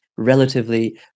relatively